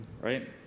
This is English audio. right